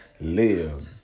Live